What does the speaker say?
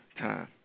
time